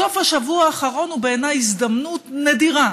סוף השבוע האחרון הוא בעיניי הזדמנות נדירה